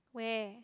where